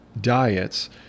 diets